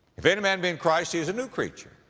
if any man be in christ, he is a new creature.